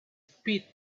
pete